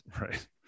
right